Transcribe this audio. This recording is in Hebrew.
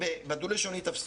בדו-לשוני תפסו.